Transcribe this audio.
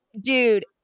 Dude